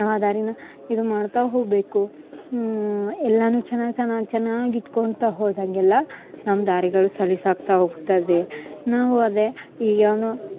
ನಾವು ಆ ದಾರಿನ ಇದು ಮಾಡ್ತಾ ಹೋಗಬೇಕು ಎಲ್ಲಾನು ಚೆನ ಚೆನ ಚೆನ್ನಾಗಿ ಇಟ್ಕೊಳ್ತಾ ಹೋದಂಗೆಲ್ಲ ನಮ್ಮ ದಾರಿಗಳು ಸಲಿಸಾಗ್ತಾ ಹೋಗ್ತದೆ ನಾವು ಅದೆ ಏನೊ